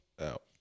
out